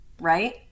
right